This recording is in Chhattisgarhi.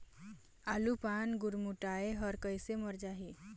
आलू पान गुरमुटाए हर कइसे मर जाही?